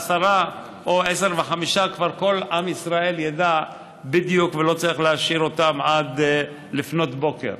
או ב-22:05 וכל עם ישראל ידעו בדיוק ולא צריך להשאיר אותם עד לפנות בוקר.